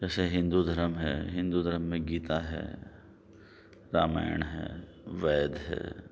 جیسے ہندو دھرم ہے ہندو دھرم میں گیتا ہے رامائن ہے وید ہے